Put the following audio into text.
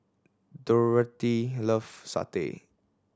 Dorathea love satay